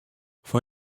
fan